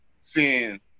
seeing